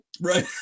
right